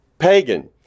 pagan